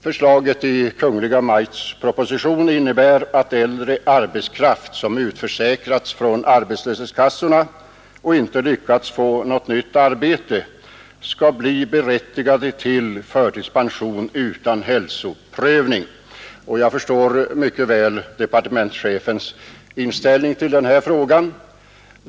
Förslaget i Kungl. Maj:ts proposition innebär att äldre arbetare som utförsäkrats från arbetslöshetskassorna och inte lyckats få något nytt arbete skall bli berättigade till förtidspension utan hälsoprövning. Jag förstår departementschefens inställning till denna fråga.